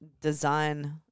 design